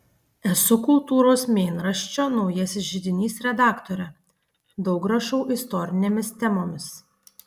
esu kultūros mėnraščio naujasis židinys redaktorė daug rašau istorinėmis temomis